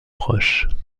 proches